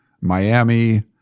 Miami